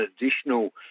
additional